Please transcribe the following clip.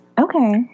Okay